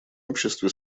обществе